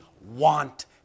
want